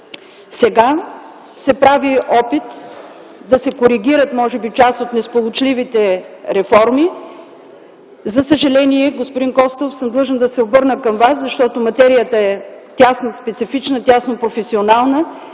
Сега се прави опит да се коригират част от несполучливите реформи. За съжаление, господин Костов, длъжна съм да се обърна към Вас, защото материята е тясно специфична, тясно професионална